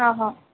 ହଁ ହଁ